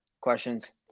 questions